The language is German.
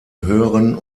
hören